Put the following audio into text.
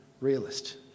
Realist